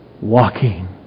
walking